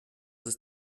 ist